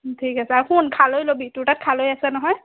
ঠিক আছে আৰু শুন খালৈ ল'বি তোৰ তাত খালৈ আছে নহয়